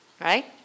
right